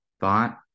thought